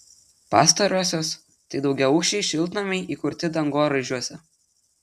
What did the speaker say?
pastarosios tai daugiaaukščiai šiltnamiai įkurti dangoraižiuose